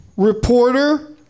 Reporter